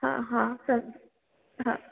हा हा सभु हा